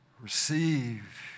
Receive